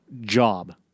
job